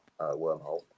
wormhole